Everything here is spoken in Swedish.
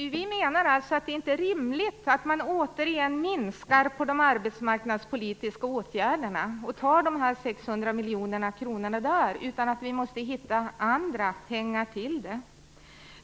Vi menar alltså att det inte är rimligt att återigen minska de arbetsmarknadspolitiska åtgärderna och ta de 600 miljonerna där, utan vi måste hitta andra pengar till det.